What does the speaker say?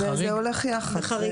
זה הולך יחד,